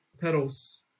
petals